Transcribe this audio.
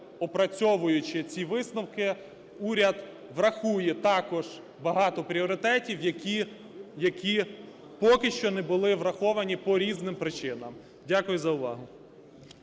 опрацьовуючи ці висновки, уряд врахує також багато пріоритетів, які поки що не були враховані по різним причинам. Дякую за увагу.